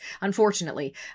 unfortunately